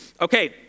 Okay